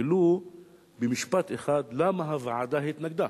ולו במשפט אחד, למה הוועדה התנגדה.